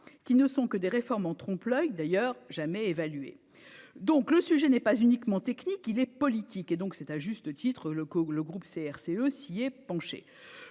qui ne sont que des réformes en trompe l'oeil d'ailleurs jamais évaluer donc le sujet n'est pas uniquement technique, il est politique et donc c'est à juste titre, locaux, le groupe CRCE pencher